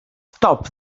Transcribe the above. stop